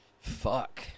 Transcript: Fuck